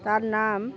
তার নাম